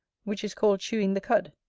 which is called chewing the cud.